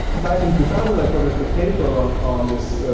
back in two thousand i published a paper on on this